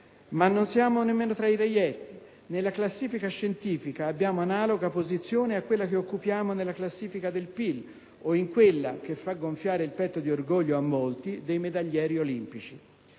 ma non siamo nemmeno tra i reietti; nella classifica scientifica abbiamo analoga posizione a quella che occupiamo nella classifica del PIL, o in quella - che fa gonfiare il petto di orgoglio a molti - dei medaglieri olimpici.